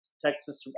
Texas